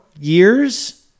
years